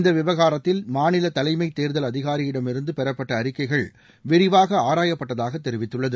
இந்த விவகாரத்தில் மாநில தலைமை தேர்தல் அதிகாரிடமிருந்து பெறப்பட்ட அறிக்கைகள் விரிவாக ஆராயப்பட்டதாக தெரிவித்துள்ளது